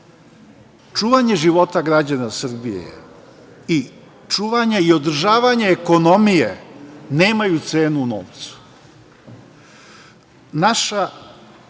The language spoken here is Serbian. čuvanje života građana Srbije i čuvanje i održavanje ekonomije nemaju cenu u novcu.